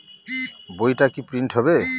বইটা কি প্রিন্ট হবে?